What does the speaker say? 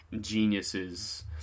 geniuses